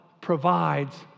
provides